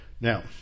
Now